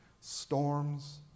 storms